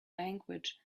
language